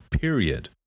period